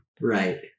Right